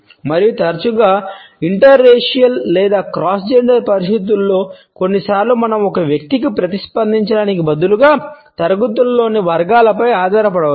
మరియు తరచుగా జాత్యాంతర లేదా క్రాస్ లింగ పరిస్థితులలో కొన్నిసార్లు మనం ఒక వ్యక్తికి ప్రతిస్పందించడానికి బదులుగా తరగతుల్లోని వర్గాలపై ఆధారపడవచ్చు